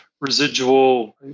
residual